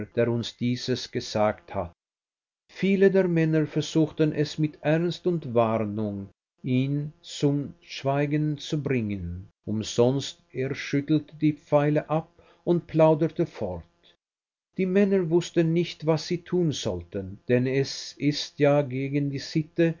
der uns dieses gesagt hat viele der männer versuchten es mit ernst und warnung ihn zum schweigen zu bringen umsonst er schüttelte die pfeile ab und plauderte fort die männer wußten nicht was sie tun sollten denn es ist ja gegen die sitte